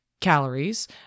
calories